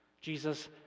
Jesus